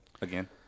again